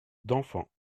d’enfants